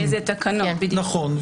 זה תקנות, נכון.